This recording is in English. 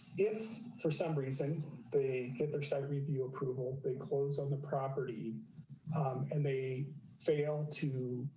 if for some reason they get their sec review approval. they close on the property um and they fail to,